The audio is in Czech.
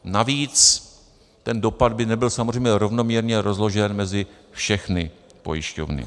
Navíc ten dopad by nebyl samozřejmě rovnoměrně rozložen mezi všechny pojišťovny.